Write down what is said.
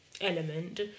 element